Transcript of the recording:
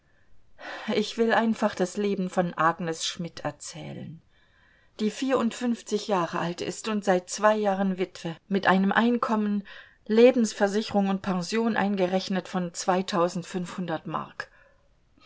ich will einfach das leben von agnes schmidt erzählen die jahre alt ist und seit zwei jahren witwe mit einem einkommen lebensversicherung und pension eingerechnet von mark